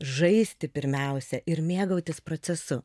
žaisti pirmiausia ir mėgautis procesu